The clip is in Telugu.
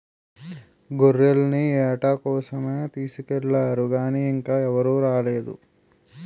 గొర్రెల్ని ఏట కోసమే తీసుకెల్లారు గానీ ఇంకా ఎవరూ రాలేదు